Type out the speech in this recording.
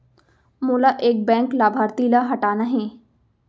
मोला एक बैंक लाभार्थी ल हटाना हे?